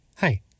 Hi